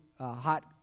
hot